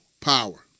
Power